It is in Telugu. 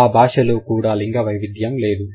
ఆ భాషలో కూడా లింగ వైవిధ్యం లేదు